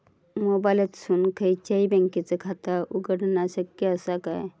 मोबाईलातसून खयच्याई बँकेचा खाता उघडणा शक्य असा काय?